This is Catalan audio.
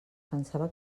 pensava